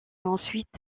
ensuite